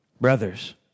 Brothers